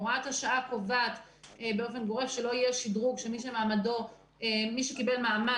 הוראת השעה קובעת באופן גורף שמי שקיבל מעמד